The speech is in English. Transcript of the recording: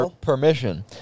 permission